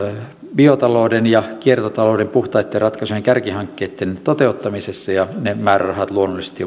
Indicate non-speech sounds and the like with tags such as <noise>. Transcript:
biotalouden ja kiertotalouden puhtaitten ratkaisujen kärkihankkeitten toteuttamisessa ja ne määrärahat luonnollisesti <unintelligible>